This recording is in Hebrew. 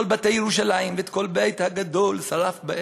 בתי ירושלם ואת כל בֵּית הגדול שרף באש,